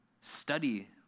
study